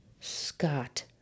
Scott